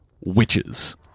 witches